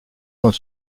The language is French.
sont